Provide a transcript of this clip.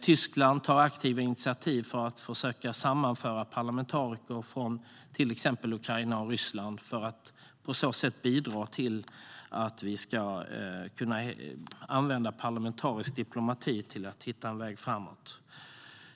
Tyskland tar aktiva initiativ för att försöka sammanföra parlamentariker från till exempel Ukraina och Ryssland och på så sätt bidra till användandet av parlamentarisk diplomati för att hitta en väg framåt.